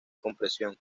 compresión